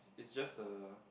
is just the